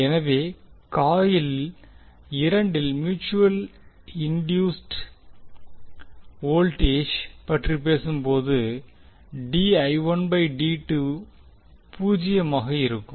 எனவே காயில் இரண்டில் mutually induced voltage பற்றி பேசும்போது பூஜ்ஜியமாக இருக்கும்